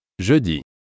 Jeudi